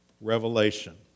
revelation